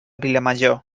vilamajor